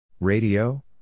Radio